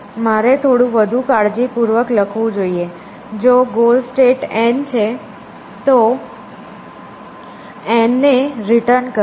મારે થોડું વધુ કાળજીપૂર્વક લખવું જોઈએ જો ગોલ સ્ટેટ એન છે તો N ને રિટર્ન કરો